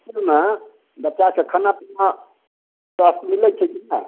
इसकुलमे बच्चाके खाना पीना सब मिलैत छै कि नहि